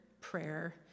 prayer